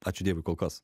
ačiū dievui kol kas